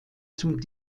zum